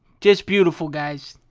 just beautiful guys.